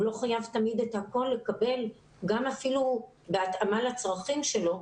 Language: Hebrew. הוא לא חייב תמיד את הכול לקבל גם אפילו בהתאמה לצרכים שלו.